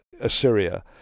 Assyria